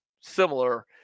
similar